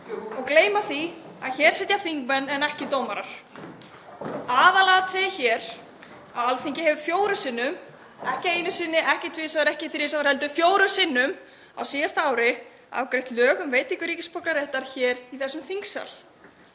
og gleymir því að hér sitja þingmenn en ekki dómarar. Aðalatriðið hér er að Alþingi hefur fjórum sinnum, ekki einu sinni, ekki tvisvar, ekki þrisvar heldur fjórum sinnum, á síðasta ári afgreitt lög um veitingu ríkisborgararéttar hér í þessum þingsal.